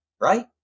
Right